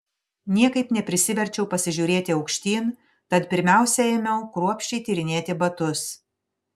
niekaip neprisiverčiau pasižiūrėti aukštyn tad pirmiausia ėmiau kruopščiai tyrinėti batus